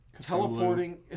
teleporting